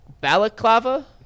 balaclava